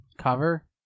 Cover